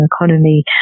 economy